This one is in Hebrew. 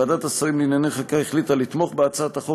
ועדת השרים לענייני חקיקה החליטה לתמוך בהצעת החוק